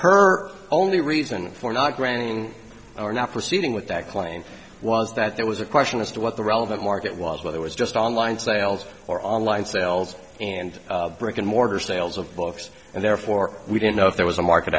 her only reason for not granting or not proceeding with that claim was that there was a question as to what the relevant market was whether was just online sales or online sales and brick and mortar sales of books and therefore we didn't know if there was a market